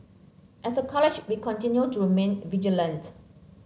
as a college we continue to remain vigilant